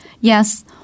Yes